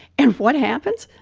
and what happens?